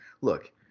Look